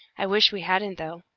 i wish we hadn't, though,